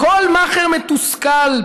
"כל מאכער מתוסכל,